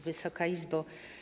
Wysoka Izbo!